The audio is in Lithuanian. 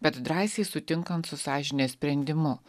bet drąsiai sutinkant su sąžinės sprendimu